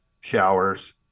showers